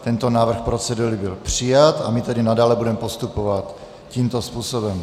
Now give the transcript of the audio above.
Tento návrh procedury byl přijat a my tedy nadále budeme postupovat tímto způsobem.